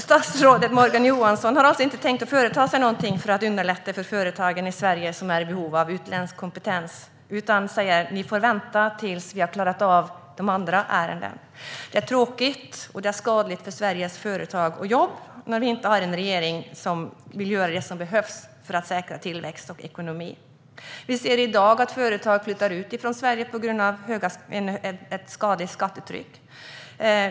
Statsrådet Morgan Johansson har alltså inte tänkt företa sig någonting för att underlätta för företagen i Sverige som är i behov av utländsk kompetens, utan han säger: Ni får vänta tills vi har klarat av de andra ärendena. Det är tråkigt och skadligt för Sveriges företag och jobb när vi inte har en regering som vill göra det som behövs för att säkra tillväxt och ekonomi. Vi ser i dag att företag flyttar från Sverige på grund av ett skadligt skattetryck.